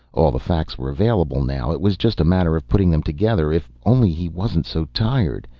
all the facts were available now, it was just a matter of putting them together. if only he wasn't so tired,